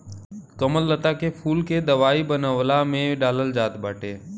कमललता के फूल के दवाई बनवला में डालल जात बाटे